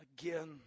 Again